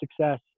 success